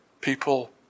people